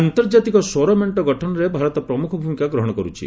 ଆନ୍ତର୍ଜାତିକ ସୌର ମେଙ୍କ ଗଠନରେ ଭାରତ ପ୍ରମୁଖ ଭୂମିକା ଗ୍ରହଣ କରୁଛି